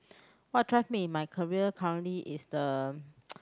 what drive me in my career currently is the